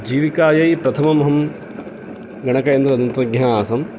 जीविकायैः प्रथममहं गणकयन्त्रतन्त्रज्ञः आसम्